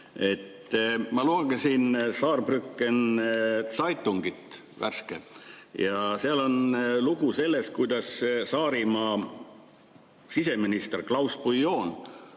Ma lugesin Saarbrücker Zeitungit, värsket. Seal on lugu sellest, kuidas Saarimaa siseminister Klaus Bouillon